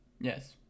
Yes